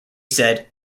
said